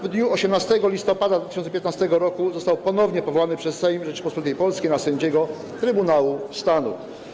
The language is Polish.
W dniu 18 listopada 2015 r. został ponownie powołany przez Sejm Rzeczypospolitej Polskiej na sędziego Trybunału Stanu.